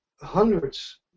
hundreds